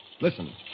Listen